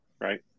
right